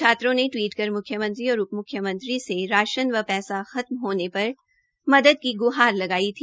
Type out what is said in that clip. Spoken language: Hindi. छात्रों ने टवीट कर म्ख्यमंत्री और उप म्ख्यमंत्री से राशन व पैसा खतम होने पर मदद की ग्हार लगाई थी